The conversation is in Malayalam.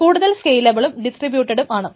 കൂടുതൽ സ്കൈലബിളും ഡിസ്ട്രിബ്യൂട്ടടും ആണ്